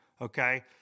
okay